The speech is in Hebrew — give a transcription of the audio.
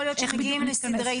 איך בדיוק נתכנס כאן?